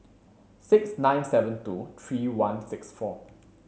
six nine seven two three one six four